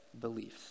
beliefs